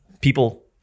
people